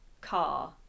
car